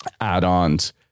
add-ons